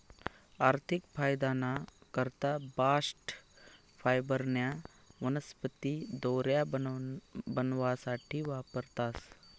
आर्थिक फायदाना करता बास्ट फायबरन्या वनस्पती दोऱ्या बनावासाठे वापरतास